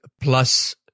plus